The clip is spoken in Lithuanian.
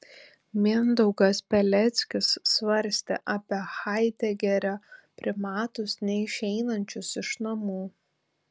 mindaugas peleckis svarstė apie haidegerio primatus neišeinančius iš namų